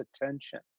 attention